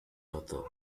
author